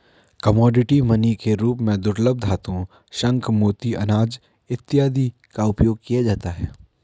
commodity money के रूप में दुर्लभ धातुओं शंख मोती अनाज इत्यादि का उपयोग किया जाता है